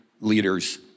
leaders